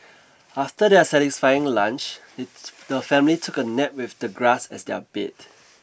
after their satisfying lunch the family took a nap with the grass as their bed